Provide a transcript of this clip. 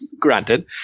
granted